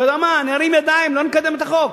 אתה יודע מה, אני ארים ידיים, לא נקדם את החוק.